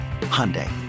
Hyundai